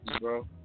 bro